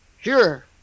Sure